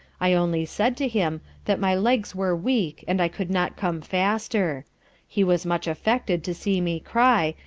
i only said to him that my legs were weak, and i could not come faster he was much affected to see me cry,